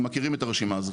הם מכירים את הרשימה הזו.